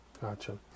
Gotcha